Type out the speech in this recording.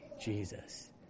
Jesus